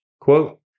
quote